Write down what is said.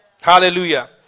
Hallelujah